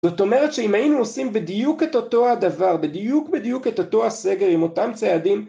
זאת אומרת שאם היינו עושים בדיוק את אותו הדבר, בדיוק בדיוק את אותו הסגר עם אותם צעדים